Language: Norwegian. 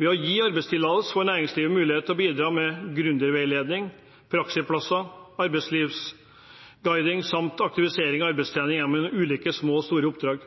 Ved at man gir arbeidstillatelse, får næringslivet mulighet til å bidra med grundig veiledning, praksisplasser, arbeidslivsguiding samt aktivisering og arbeidstrening gjennom ulike små og store oppdrag.